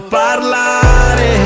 parlare